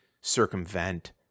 circumvent